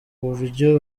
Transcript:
uburyo